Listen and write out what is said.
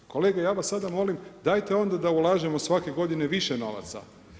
Kolege ja vas sad molim, dajte onda da ulažem svake godine više novaca.